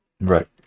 right